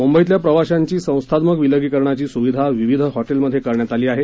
मूंबईतल्या प्रवाशांची संस्थात्मक विलगीकरणाची सुविधा विविध हॉटेलमध्ये करण्यात आली आहे